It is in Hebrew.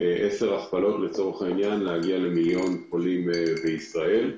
עשר הכפלות אנחנו יכולים להגיע למיליון חולים בישראל.